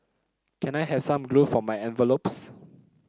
can I have some glue for my envelopes